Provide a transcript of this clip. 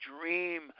dream